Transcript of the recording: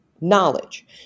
knowledge